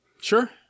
Sure